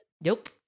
nope